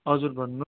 हजुर भन्नु होस्